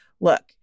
look